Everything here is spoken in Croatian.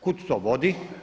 Kud to vodi?